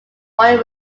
oil